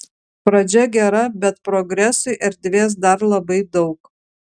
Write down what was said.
pradžia gera bet progresui erdvės dar labai daug